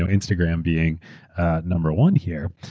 ah instagram being number one here.